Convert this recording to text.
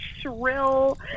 shrill